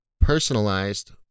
personalized